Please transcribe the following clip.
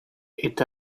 est